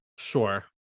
sure